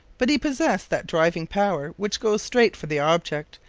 but he possessed that driving power which goes straight for the object,